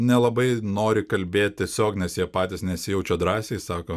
nelabai nori kalbėti tiesiog nes jie patys nesijaučia drąsiai sako